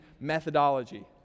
methodology